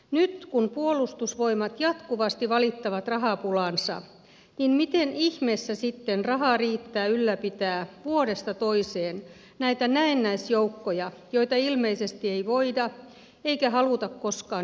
nyt kun puolustusvoimat jatkuvasti valittavat rahapulaansa miten ihmeessä sitten rahaa riittää ylläpitää vuodesta toiseen näitä näennäisjoukkoja joita ilmeisesti ei voida eikä haluta koskaan mihinkään käyttää